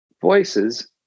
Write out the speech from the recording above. voices